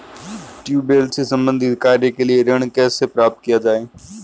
Tubewell से संबंधित कार्य के लिए ऋण कैसे प्राप्त किया जाए?